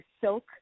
silk